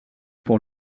pour